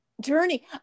journey